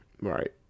right